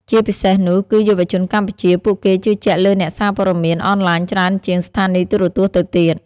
ជាពិសេសនោះគឺយុវជនកម្ពុជា ពួកគេជឿជាក់លើអ្នកសារព័ត៌មានអនឡាញច្រើនជាងស្ថានីយ៍ទូរទស្សន៍ទៅទៀត។